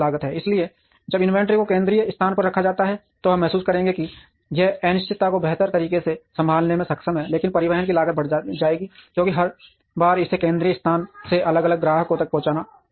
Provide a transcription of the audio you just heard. इसलिए जब इन्वेंट्री को केंद्रीय स्थान पर रखा जाता है तो हम महसूस करेंगे कि यह अनिश्चितता को बेहतर तरीके से संभालने में सक्षम है लेकिन परिवहन की लागत बढ़ जाएगी क्योंकि हर बार इसे केंद्रीय स्थान से अलग अलग ग्राहकों तक पहुंचाना पड़ता है